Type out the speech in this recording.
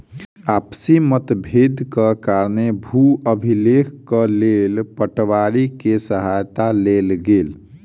आपसी मतभेदक कारणेँ भू अभिलेखक लेल पटवारी के सहायता लेल गेल